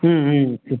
ம் ம் ம்